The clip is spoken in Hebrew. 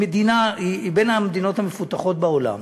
היא בין המדינות המפותחות בעולם,